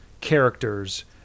characters